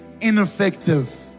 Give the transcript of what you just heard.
ineffective